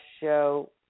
show